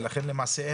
ולכן למעשה,